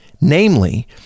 namely